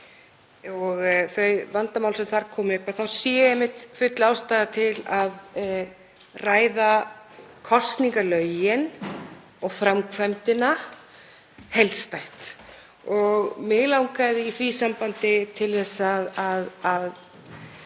og þau vandamál sem þar komu upp sé einmitt full ástæða til að ræða kosningalögin og framkvæmdina heildstætt. Mig langaði í því sambandi að